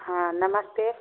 हँ नमस्ते